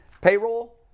Payroll